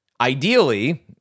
Ideally